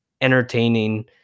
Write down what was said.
entertaining